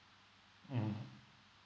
mm